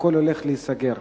הכול הולך להיסגר.